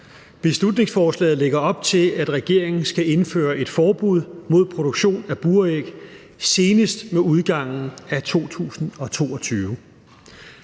Beslutningsforslaget lægger op til, at regeringen skal indføre et forbud mod produktion af buræg senest med udgangen af 2022.